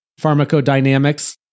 pharmacodynamics